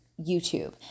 YouTube